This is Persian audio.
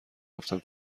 رفتم